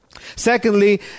Secondly